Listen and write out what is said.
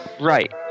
Right